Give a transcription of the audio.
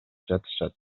жатышат